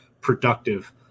productive